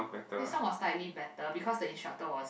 this one was slightly better because the instructor was